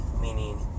Meaning